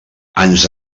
ens